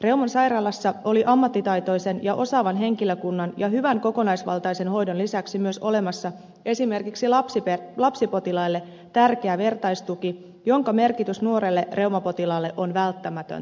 reuman sairaalassa oli ammattitaitoisen ja osaavan henkilökunnan ja hyvän kokonaisvaltaisen hoidon lisäksi myös olemassa esimerkiksi lapsipotilaille tärkeä vertaistuki jonka merkitys nuorelle reumapotilaalle on välttämätöntä